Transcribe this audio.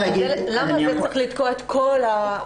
למה זה צריך לתקוע את כל התכנית.